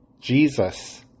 Jesus